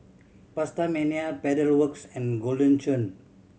PastaMania Pedal Works and Golden Churn